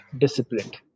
disciplined